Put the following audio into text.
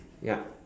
yup